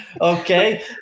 Okay